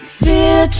fear